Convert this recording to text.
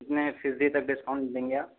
कितने फीसदी तक डिस्काउंट देंगे आप